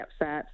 upset